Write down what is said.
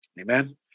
Amen